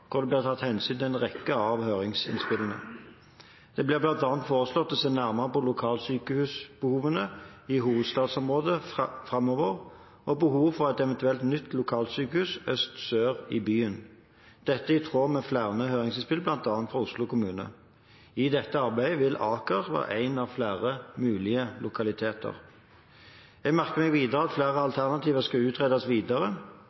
det blir tatt hensyn til en rekke av høringsinnspillene. Det blir bl.a. foreslått å se nærmere på lokalsykehusbehovene i hovedstadsområdet framover og behovet for et eventuelt nytt lokalsykehus øst/sør i byen. Dette er i tråd med flere høringsinnspill, bl.a. fra Oslo kommune. I dette arbeidet vil Aker være en av flere mulige lokaliteter. Jeg merker meg videre at flere alternativer skal utredes videre.